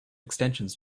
extensions